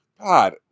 God